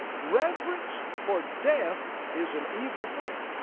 reverence for death is an evil thing.